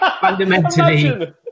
fundamentally